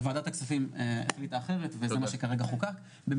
ועדת הכספים החליטה אחרת, וזה כרגע מה שחוקק.